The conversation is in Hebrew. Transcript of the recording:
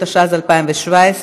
התשע"ז 2017,